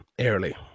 early